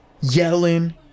yelling